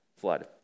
flood